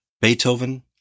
Beethoven